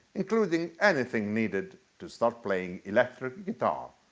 including anything needed to start playing electric guitar.